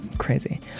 crazy